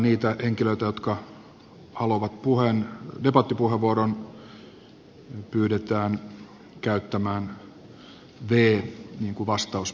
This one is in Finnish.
niitä henkilöitä jotka haluavat debattipuheenvuoron pyydetään käyttämään v niin kuin vastauspainiketta